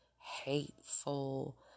hateful